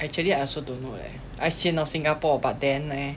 actually I also don't know leh I sian of Singapore but then leh